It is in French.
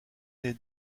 des